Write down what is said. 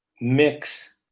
mix